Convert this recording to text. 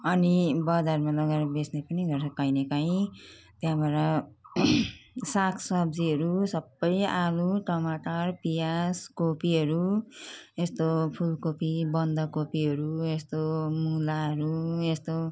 अनि बजारमा लगेर बेच्ने पनि गर्छ कहिलेकाहीँ त्यहाँबाट सागसब्जीहरू सबै आलु टमाटर प्याज कोपीहरू यस्तो फुलकोपी बन्दकोपीहरू यस्तो मुलाहरू यस्तो